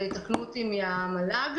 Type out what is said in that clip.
ויתקנו אותי מהמל"ג,